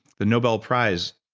the nobel prize,